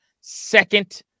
second